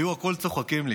היו הכול צוחקים לי.